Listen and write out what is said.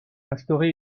instaurer